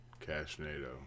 cashnado